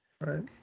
Right